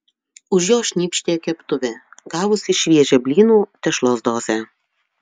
už jo šnypštė keptuvė gavusi šviežią blynų tešlos dozę